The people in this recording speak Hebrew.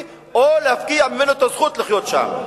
או להפקיע ממנו את הזכות לחיות שם.